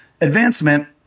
advancement